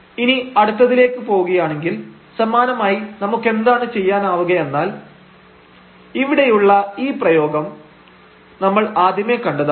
ഇനി അടുത്തതിലേക്ക് പോവുകയാണെങ്കിൽ സമാനമായി നമുക്കെന്താണ് ചെയ്യാനാവുകയെന്നാൽ ഇവിടെയുള്ള ഈ പ്രയോഗം നമ്മൾ ആദ്യമേ കണ്ടതാണ്